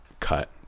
cut